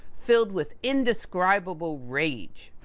filled with indescribable rage.